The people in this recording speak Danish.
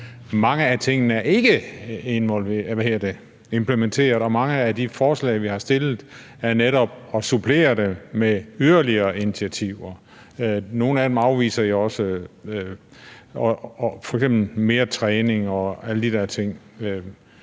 Mange af tingene er ikke blevet implementeret, og mange af de forslag, vi har stillet, går netop på, at man bør supplere det med yderligere initiativer. Nogle af dem afviser I også – det gælder f.eks. forslag om mere træning og alle de der ting.